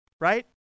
right